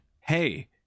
hey